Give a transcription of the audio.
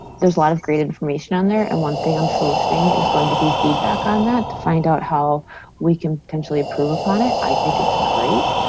there's a lot of great information on there and one thing i'm soliciting is going to be feedback on that to find out how we can potentially improve upon it. i think it's great,